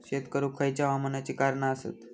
शेत करुक खयच्या हवामानाची कारणा आसत?